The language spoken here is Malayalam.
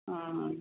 മ്മ്